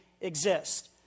exist